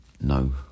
no